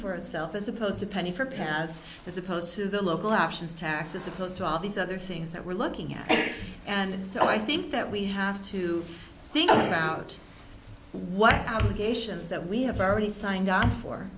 for itself as opposed to penny for parents as opposed to the local actions tax as opposed to all these other things that we're looking at and so i think that we have to think about what geishas that we have already signed on for